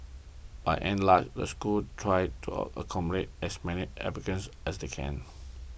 by and large the schools try to accommodate as many applicants as they can